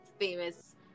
famous